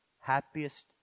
happiest